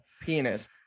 penis